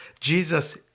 Jesus